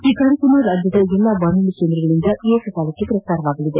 ಈ ಕಾರ್ಯಕ್ರಮ ರಾಜ್ಯದ ಎಲ್ಲಾ ಬಾನುಲಿ ಕೇಂದ್ರಗಳಿಂದ ಏಕಕಾಲಕ್ಕೆ ಪ್ರಸಾರವಾಗಲಿದೆ